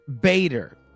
Bader